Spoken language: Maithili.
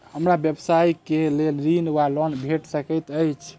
हमरा व्यवसाय कऽ लेल ऋण वा लोन भेट सकैत अछि?